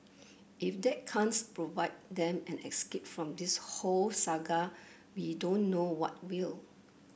if that can't provide them an escape from this whole saga we don't know what will